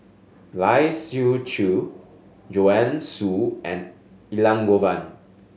Lai Siu Chiu Joanne Soo and Elangovan